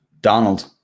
Donald